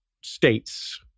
states